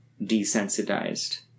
desensitized